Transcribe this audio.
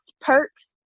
perks